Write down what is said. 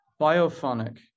biophonic